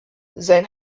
sein